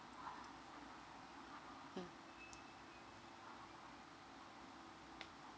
mm